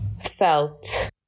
felt